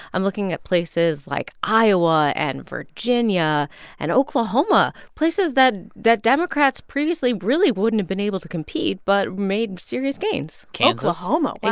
i'm looking at places like iowa and virginia and oklahoma places that that democrats previously really wouldn't have been able to compete but made serious gains kansas oklahoma,